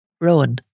Rowan